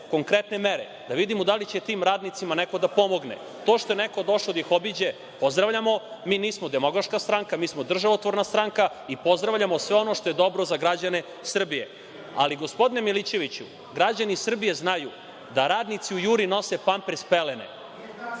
konkretne mere. Da vidimo da li će tim radnicima neko da pomogne. To što je neko došao da ih obiđe, pozdravljamo. Mi nismo demogoška stranka, mi smo državotvorna stranka i pozdravljamo sve ono što je dobro za građane Srbije. Gospodine Milićeviću, građani Srbije znaju da radnici u „Juri“ nose pampers pelene